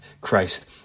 Christ